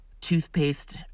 toothpaste